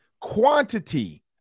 quantity